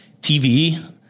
TV